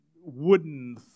wooden